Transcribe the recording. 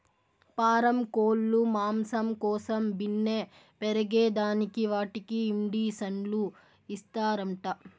పారం కోల్లు మాంసం కోసం బిన్నే పెరగేదానికి వాటికి ఇండీసన్లు ఇస్తారంట